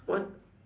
what